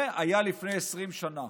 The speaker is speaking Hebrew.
זה היה לפני 20 שנה,